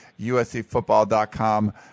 USCfootball.com